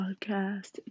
podcast